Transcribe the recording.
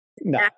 No